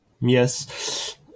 yes